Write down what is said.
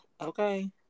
Okay